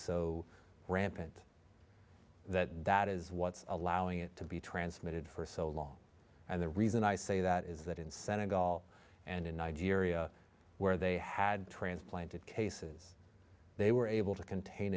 so rampant that that is what's allowing it to be transmitted for so long and the reason i say that is that in senegal and in nigeria where they had transplanted cases they were able to contain